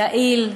יעיל,